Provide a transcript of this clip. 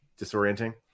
disorienting